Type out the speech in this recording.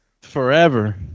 Forever